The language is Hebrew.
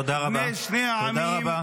תודה רבה, תודה רבה.